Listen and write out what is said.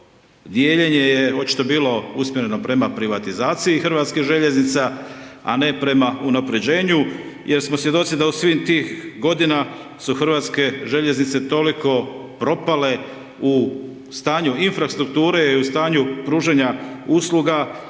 dijeljenje je očito bilo usmjereno prema privatizaciji HŽ-a a ne prema unaprijeđenju, jer smo svjedoci da u svih tih godina su hrvatske željeznice toliko propale u stanju infrastrukture, u stanju pružanja usluga